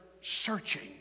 searching